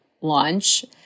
launch